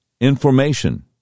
information